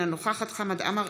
אינה נוכחת חמד עמאר,